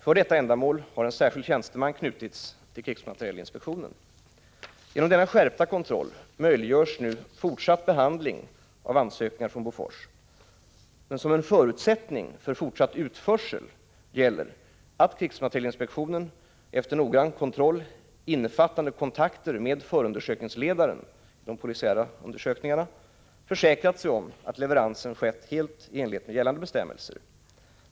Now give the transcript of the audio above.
För detta ändamål har en särskild tjänsteman knutits till krigsmaterielinspektionen. Genom denna skärpta kontroll möjliggörs nu fortsatt behandling av ansökningar från Bofors. Som en förutsättning för fortsatt utförsel gäller att krigsmaterielinspektionen efter noggrann kontroll, innefattande kontakter med förundersökningsledaren, dvs. de polisiära undersökningarna, försäkrat sig om att leveransen sker helt i enlighet med gällande bestämmelser.